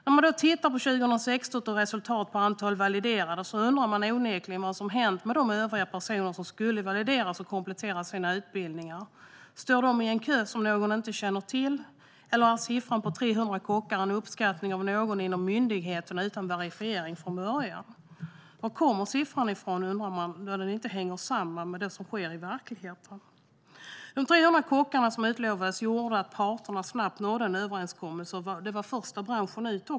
När man då tittar på 2016 och resultat på antal validerade undrar man onekligen vad som har hänt med de övriga personer som skulle valideras och komplettera sina utbildningar. Står de i en kö som någon inte känner till? Eller är siffran på 300 kockar en uppskattning av någon inom myndigheten utan verifiering från början? Var kommer siffran ifrån, undrar man, då den inte hänger samman med det som sker i verkligheten? De 300 kockar som utlovades gjorde att parterna snabbt nådde en överenskommelse. Det var också första bransch ut.